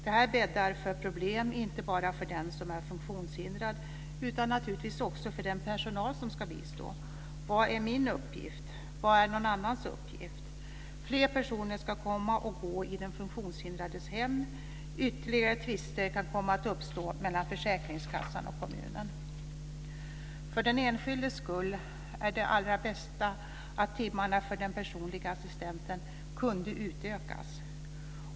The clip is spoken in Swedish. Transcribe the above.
Detta bäddar för problem inte bara för den som är funktionshindrad utan naturligtvis också för den personal som ska bistå. Vad är min uppgift? Vad är någon annans uppgift? Fler personer ska komma och gå i den funktionshindrades hem. Ytterligare tvister kan komma att uppstå mellan försäkringskassan och kommunen. För den enskildes skull vore det allra bästa om timmarna för den personliga assistansen kunde utökas.